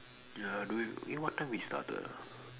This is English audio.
ya I do it eh what time we started ah